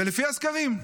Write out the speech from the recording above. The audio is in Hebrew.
ולפי הסקרים,